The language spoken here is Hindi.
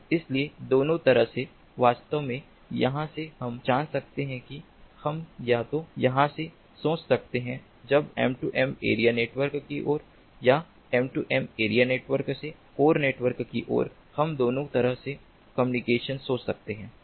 इसलिए दोनों तरह से वास्तव में यहाँ से हम जान सकते हैं कि हम या तो यहाँ से सोच सकते हैं जब M2M एरिया नेटवर्क की ओर या M2M एरिया नेटवर्क से कोर नेटवर्क की ओर हम दोनों तरह से कम्युनिकेशन सोच सकते हैं